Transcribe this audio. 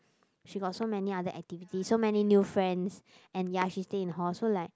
she got so many other activities so many new friends and ya she stay in hall so like